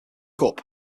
cup